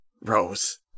Rose